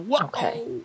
Okay